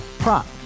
Prop